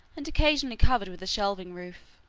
and occasionally covered with a shelving roof,